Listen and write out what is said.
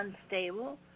unstable